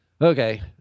Okay